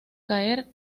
caer